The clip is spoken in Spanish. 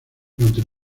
durante